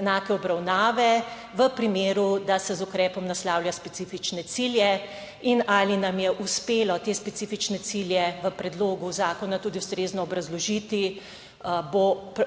enake obravnave v primeru, da se z ukrepom naslavlja specifične cilje in ali nam je uspelo te specifične cilje v predlogu zakona tudi ustrezno obrazložiti bo